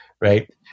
right